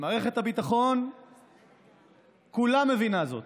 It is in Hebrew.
מערכת הביטחון כולה מבינה זאת.